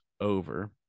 over